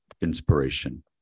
inspiration